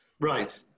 Right